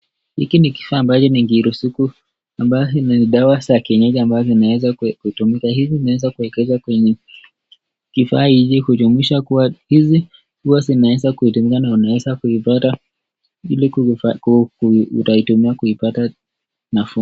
Hiki ni kifaa ambayo kijisuku ambayo ni dawa za kienyeji ambayo zimeweza kutumika. Hizi kuekelewa kwenye kifaa hizi kujumuisha kuwa hizi huwa zinaweza kutegana wanaweza kuipata ili wataitumia kuipata nafuu.